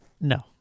No